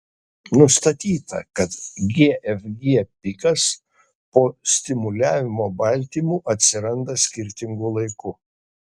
nustatyta kad gfg pikas po stimuliavimo baltymu atsiranda skirtingu laiku